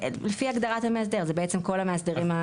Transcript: לפי הגדרת המאסדר, זה בעצם כל המאסדרים.